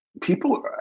People